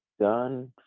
done